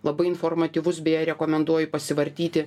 labai informatyvus beje rekomenduoju pasivartyti